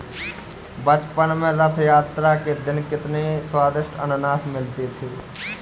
बचपन में रथ यात्रा के दिन कितने स्वदिष्ट अनन्नास मिलते थे